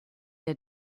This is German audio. der